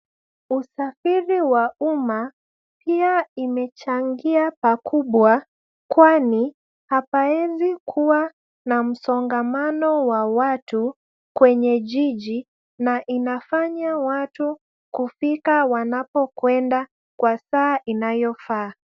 Public transport has made a significant contribution because there is no congestion of people in the city and it makes people arrive where they are going on time.